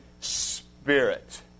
spirit